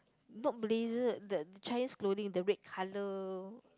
not Malaysia the the Chinese clothing the red color